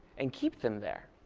and keep them there.